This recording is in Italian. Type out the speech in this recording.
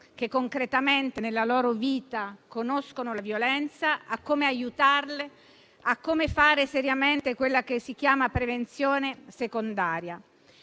che concretamente nella loro vita conoscono la violenza, a come aiutarle, a come fare seriamente quella che si chiama prevenzione secondaria.